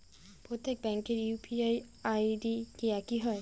প্রত্যেক ব্যাংকের UPI ID কি একই হয়?